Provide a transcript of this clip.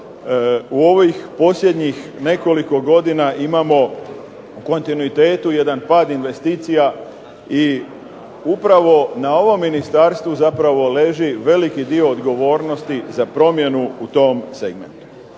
U ovih posljednjih nekoliko godina imamo u kontinuitetu jedan pad investicija i upravo na ovom ministarstvu zapravo leži veliki dio odgovornosti za promjenu u tom segmentu.